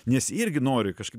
nes irgi nori kažkaip